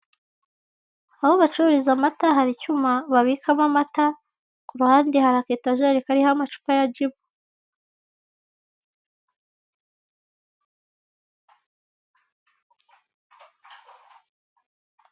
Aho bacururiza amata hari icyuma babikamo amata ku ruhande hari aka etajeri kariho amacupa ya jibu.